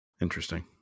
Interesting